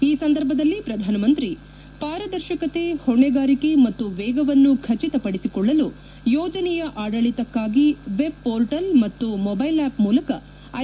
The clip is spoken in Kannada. ಈ ಸಂದರ್ಭದಲ್ಲಿ ಪ್ರಧಾನಮಂತ್ರಿ ಪಾರದರ್ಶಕತೆ ಹೊಣೆಗಾರಿಕೆ ಮತ್ತು ವೇಗವನ್ನು ಖಚಿತಪಡಿಸಿಕೊಳ್ಳಲು ಯೋಜನೆಯ ಆಡಳಿತಕ್ಕಾಗಿ ವೆಬ್ ಮೋರ್ಟಲ್ ಮತ್ತು ಮೊಬ್ಲೆಲ್ ಆ್ಲಪ್ ಮೂಲಕ ಐ